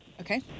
Okay